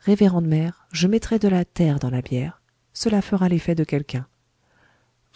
révérende mère je mettrai de la terre dans la bière cela fera l'effet de quelqu'un